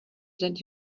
that